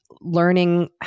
learning